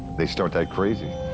they start to act crazy.